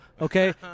Okay